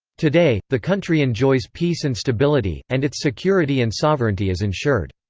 today, the country enjoys peace and stability, and its security and sovereignty is ensured.